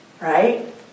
right